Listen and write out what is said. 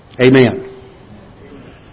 Amen